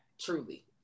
truly